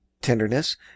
tenderness